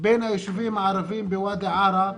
בין היישובים הערביים בוואדי ערה,